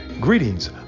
Greetings